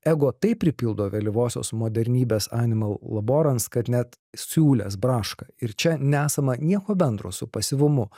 ego taip pripildo vėlyvosios modernybės animal laborans kad net siūlės braška ir čia nesama nieko bendro su pasyvumu